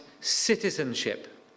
citizenship